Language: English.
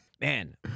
Man